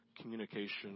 communication